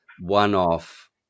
one-off